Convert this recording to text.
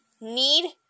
need